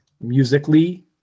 musically